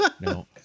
No